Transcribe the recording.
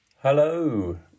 Hello